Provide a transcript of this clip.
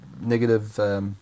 Negative